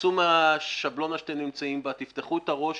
תצאו מהשבלונה שאתם נמצאים בה, תפתחו את הראש.